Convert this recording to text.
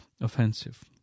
offensive